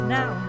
Now